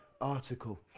article